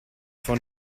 von